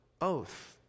oath